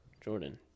Jordan